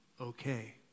okay